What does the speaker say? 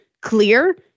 clear